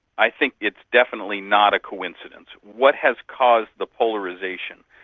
i think it's definitely not a coincidence. what has caused the polarisation?